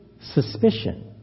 suspicion